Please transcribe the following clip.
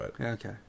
Okay